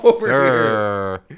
sir